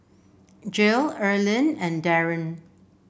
Jill Erlene and Daron